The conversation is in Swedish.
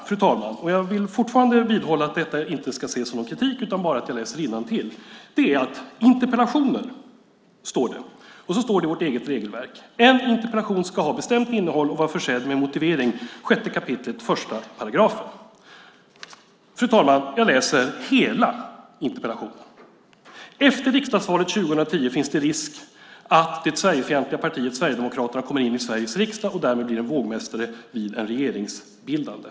Det andra är - och jag vill jag fortfarande vidhålla att detta inte ska ses som kritik, utan jag läser bara innantill ur vårt eget regelverk - att en interpellation ska ha ett bestämt innehåll och vara försedd med motivering, 6 kap. 1 §. Fru talman! Jag läser hela interpellationen: "Efter riksdagsvalet 2010 finns det risk att det Sverigefientliga partiet Sverigedemokraterna kommer in i Sveriges riksdag och därmed blir en vågmästare vid ett regeringsbildande."